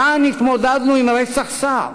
כאן התמודדנו עם רצח שר,